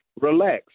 relax